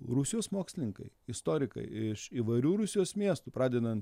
rusijos mokslininkai istorikai iš įvairių rusijos miestų pradedant